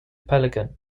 pelican